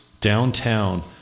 downtown